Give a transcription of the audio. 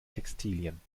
textilien